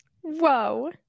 Whoa